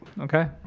Okay